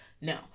no